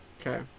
Okay